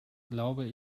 glaube